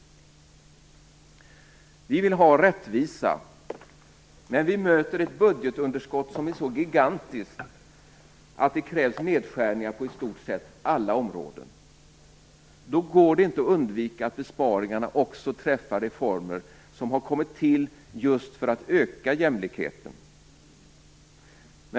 Vi vill ha rättvisa. Men vi möter ett budgetunderskott som är så gigantiskt att det krävs nedskärningar på i stort sett alla områden. Då går det inte att undvika att besparingarna även träffar reformer som har kommit till just för att öka jämlikheten.